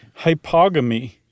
Hypogamy